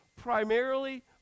primarily